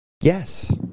Yes